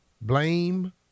blame